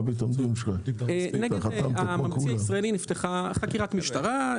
נגד הממציא הישראלי נפתחה חקירת משטרה.